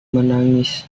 menangis